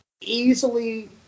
Easily